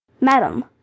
Madam